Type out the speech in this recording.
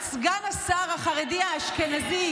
את סגן השר החרדי האשכנזי,